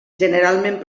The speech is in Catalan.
generalment